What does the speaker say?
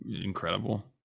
incredible